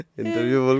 interview